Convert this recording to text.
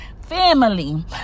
Family